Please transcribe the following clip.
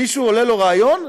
מישהו עולה לו רעיון,